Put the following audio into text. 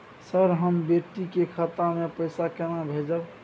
Sir, हम बेटी के खाता मे पैसा केना भेजब?